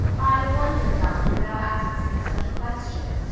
i wonder, doctor, thou ask'st me such a question.